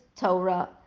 torah